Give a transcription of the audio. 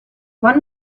wann